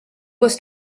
was